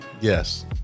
Yes